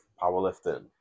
powerlifting